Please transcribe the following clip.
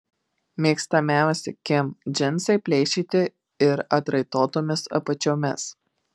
mėgstamiausi kim džinsai plėšyti ir atraitotomis apačiomis